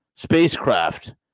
spacecraft